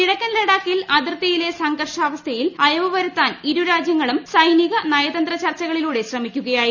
കിഴക്കൻ ലഡാക്കിൽ അതിർത്തിയിലെ സംഘർഷാവസ്ഥയിൽ അയവു വരുത്താൻ ഇരു രാജ്യങ്ങളും സൈനിക നയതന്ത്ര ചർച്ചകളിലൂടെ ശ്രമിക്കുകയായിരുന്നു